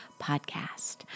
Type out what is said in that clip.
Podcast